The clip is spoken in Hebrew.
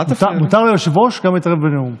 מותר ליושב-ראש גם להתערב בנאום.